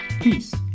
Peace